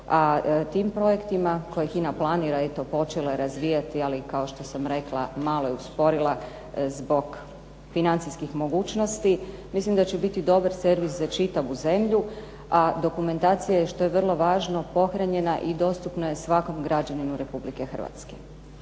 a tim projektima koje HINA planira i eto počela je razvijati, ali kao što sam rekla malo je usporila zbog financijskih mogućnosti, mislim da će biti dobar servis za čitavu zemlju. A dokumentacija je što je vrlo važno pohranjena i dostupna je svakom građaninu Republike Hrvatske.